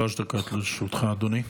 שלוש דקות לרשותך, אדוני.